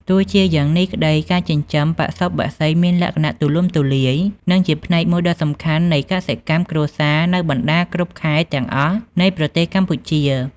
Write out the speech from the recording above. ទោះជាយ៉ាងនេះក្តី ការចិញ្ចឹមបសុបក្សីមានលក្ខណៈទូលំទូលាយ និងជាផ្នែកមួយដ៏សំខាន់នៃកសិកម្មគ្រួសារនៅបណ្តាគ្រប់ខេត្តទាំងអស់នៃប្រទេសកម្ពុជា។